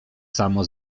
samo